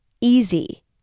easy